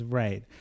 right